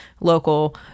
local